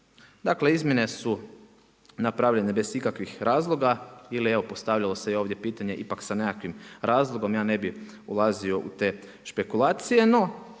Dakle, izmjene su napravljene bez ikakvih razloga, ili evo, postavilo se i ovdje pitanje ipak s nekakvim razlogom, ja ne bih ulazio u te špekulacije, no